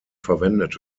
verwendet